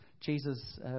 Jesus